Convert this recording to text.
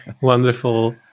Wonderful